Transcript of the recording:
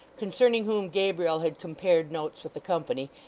concerning whom gabriel had compared notes with the company,